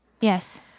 yes